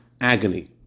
agony